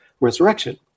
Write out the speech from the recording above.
resurrection